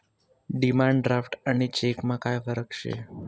demand draft आणि चेकमा काय फरक शे